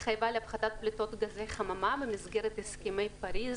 להפחתת פליטות גזי חממה במסגרת הסכמי פאריז,